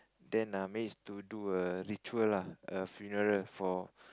then err manage to do a ritual lah a funeral for